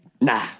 Nah